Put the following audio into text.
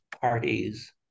parties